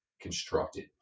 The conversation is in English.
constructed